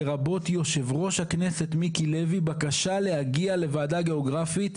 לרבות יושב ראש הכנסת מיקי לוי בקשה להגיע לוועדה גיאוגרפית.